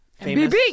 MBB